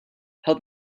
help